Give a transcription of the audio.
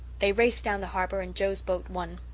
they raced down the harbour and joe's boat won.